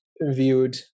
viewed